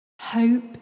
Hope